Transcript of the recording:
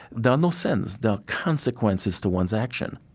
there are no sins. there are consequences to one's action